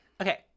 Okay